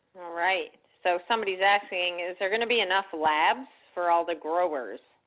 right, so someone is asking, is there gonna be enough labs for all the growers?